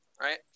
right